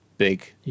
big